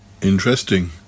interesting